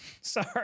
sorry